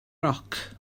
roc